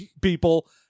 people